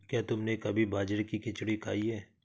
क्या तुमने कभी बाजरे की खिचड़ी खाई है?